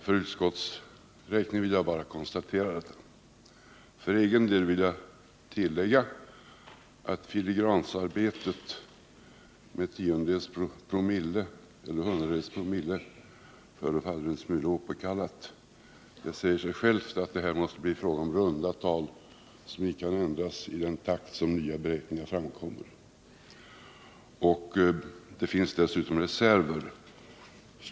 För utskottets räkning vill jag bara konstatera detta. För egen del vill jag tillägga att filigransarbetet med tiondels eller hundradels promille förefaller en smula opåkallat. Det säger sig själv att det här måste bli fråga om runda tal som icke kan ändras i den takt som nya beräkningar framkommer, och det finns dessutom reserver.